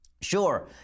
Sure